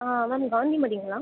ஆ ma'am காந்திமதிங்களா